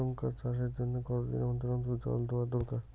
লঙ্কা চাষের জন্যে কতদিন অন্তর অন্তর জল দেওয়া দরকার?